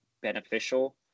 beneficial